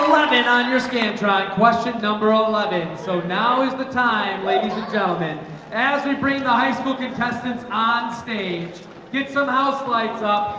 on your skin question number ah eleven so now is the time ladies and gentlemen as we bring the high school contestants on stage get some house lights up.